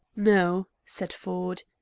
no, said ford.